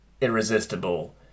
Irresistible